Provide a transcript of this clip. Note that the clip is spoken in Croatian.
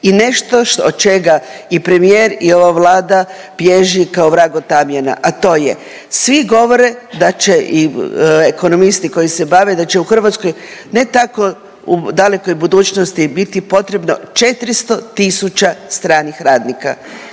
I nešto od čega i premijer i ova Vlada bježi kao vrag od tamjana, a to je svi govore da će i ekonomisti koji se bave da će u Hrvatskoj ne tako u dalekoj budućnosti biti potrebno 400.000 stranih radnika.